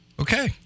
okay